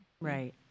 Right